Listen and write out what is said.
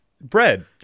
bread